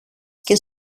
και